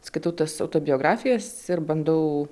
skaitau tas autobiografijas ir bandau